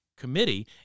committee